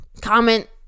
comment